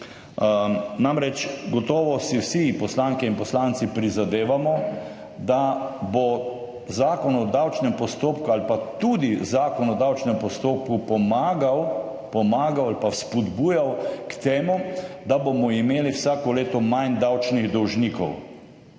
Namreč, gotovo si vsi poslanke in poslanci prizadevamo, da bo Zakon o davčnem postopku ali pa tudi Zakon o davčnem postopku pomagal ali pa spodbujal k temu, da bomo imeli vsako leto manj davčnih dolžnikov.